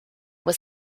was